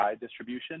distribution